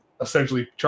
essentially